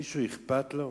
מישהו אכפת לו?